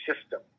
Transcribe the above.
system